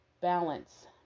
balance